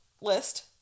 List